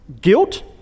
Guilt